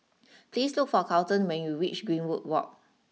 please look for Carleton when you reach Greenwood walk